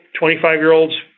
25-year-olds